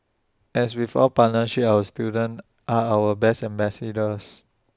as with all partnerships our students are our best ambassadors